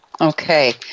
okay